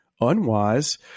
unwise